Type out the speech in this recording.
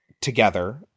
together